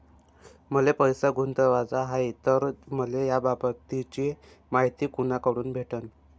मले पैसा गुंतवाचा हाय तर मले याबाबतीची मायती कुनाकडून भेटन?